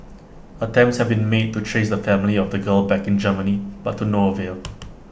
attempts have been made to trace the family of the girl back in Germany but to no avail